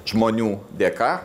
žmonių dėka